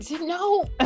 no